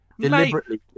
Deliberately